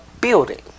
building